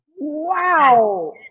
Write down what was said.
wow